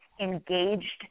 engaged